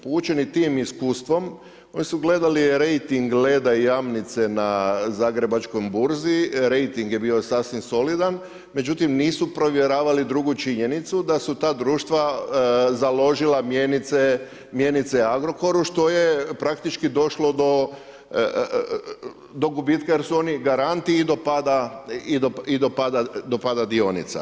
Poučeni tim iskustvom oni su gledali rejting Leda i Jamnice za Zagrebačkoj burzi, rejting je bio sasvim solidan, međutim nisu provjeravali drugu činjenicu da su ta društva založila mjenice Agrokoru što je praktički došlo do gubitka jer su oni garanti i do pada dionica.